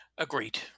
Agreed